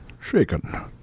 Shaken